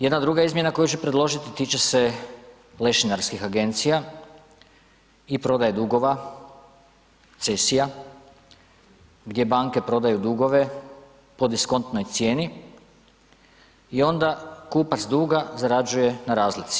Jedna druga izmjena koju ću predložiti tiče se lešinarskih agencija i prodaje dugova, cesija, gdje banke prodaju dugove po diskontnoj cijeni i onda kupac duga zarađuje na razlici.